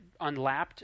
unlapped